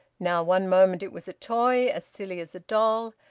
now, one moment it was a toy as silly as a doll,